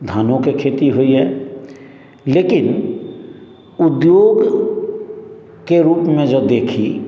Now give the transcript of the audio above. धानोके खेती होइया लेकिन उद्योगके रुपमे जँ देखी